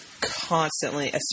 constantly